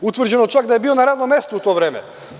Utvrđeno je čak da je bio na radnom mestu u to vreme.